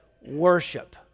worship